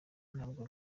ntabwo